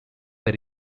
they